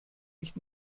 nicht